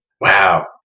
Wow